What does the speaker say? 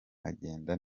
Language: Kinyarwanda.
nkagenda